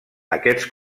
aquests